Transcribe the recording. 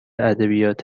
ادبیات